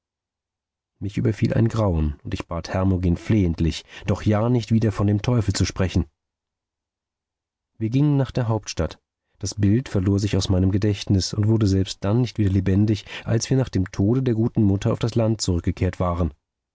mich überfiel ein grauen und ich bat hermogen flehentlich doch ja nicht wieder von dem teufel zu sprechen wir gingen nach der hauptstadt das bild verlor sich aus meinem gedächtnis und wurde selbst dann nicht wieder lebendig als wir nach dem tode der guten mutter auf das land zurückgekehrt waren